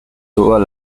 todas